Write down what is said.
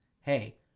Hey